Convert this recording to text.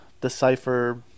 decipher